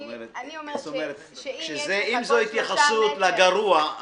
אם זו התייחסות לגרוע,